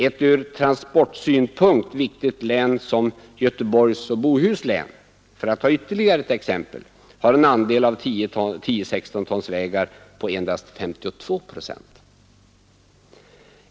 Ett från transportsynpunkt viktigt län som Göteborgs och Bohus län, för att ta ytterligare ett exempel, har en andel av 10/16 tons vägar på endast ca 52 procent.